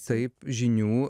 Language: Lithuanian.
taip žinių